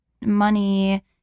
money